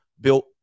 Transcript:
built